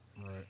Right